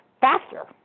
faster